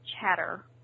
chatter